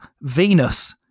Venus